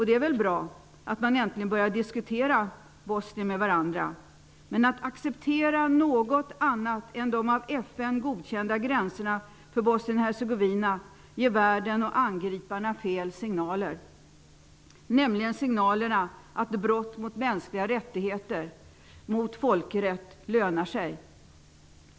Det är väl bra att man äntligen börjar diskutera Bosnien med varandra. Men att acceptera något annat än de av FN godkända gränserna för Bosnien-Hercegovina ger världen och angriparna fel signaler, nämligen signalerna att brott mot mänskliga rättigheter och mot folkrätt lönar sig.